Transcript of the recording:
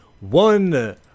one